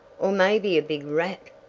or maybe a big rat,